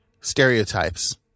stereotypes